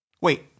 Wait